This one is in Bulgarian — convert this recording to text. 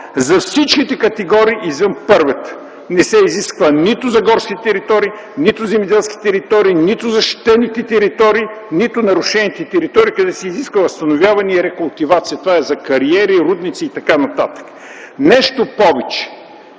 за всички категории извън първата – не се изисква нито за горските територии, нито за земеделските територии, нито за защитените територии, нито за нарушените територии, където се изисква възстановяване и рекултивация. Това е за кариери, рудници и т.н. Нещо повече!